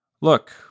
Look